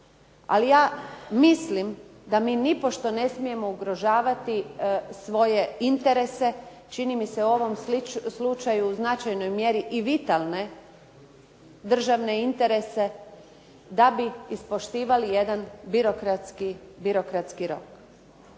Ali ja mislim da mi nipošto ne smijemo ugrožavati svoje interese. Čini mi se u ovom slučaju u značajnoj mjeri i vitalne državne interese, da bi ispoštivali jedan birokratski rok.